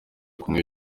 kunywa